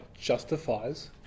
justifies